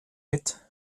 mit